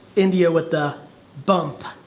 india with the bump.